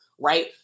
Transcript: right